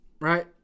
right